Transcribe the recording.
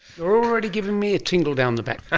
you're already giving me a tingle down the back!